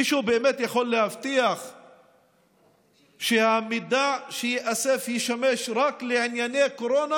מישהו באמת יכול להבטיח שהמידע שייאסף ישמש רק לענייני קורונה,